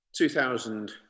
2000